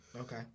Okay